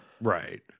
Right